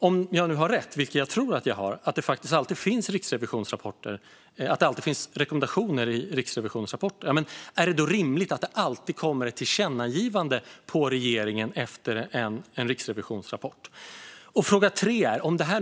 Om jag har rätt, vilket jag tror att jag har, när det gäller att det alltid finns rekommendationer i Riksrevisionens rapporter, är det då rimligt att det alltid ska komma tillkännagivanden till regeringen efter att det har kommit en rapport från Riksrevisionen? Jag har en tredje fråga.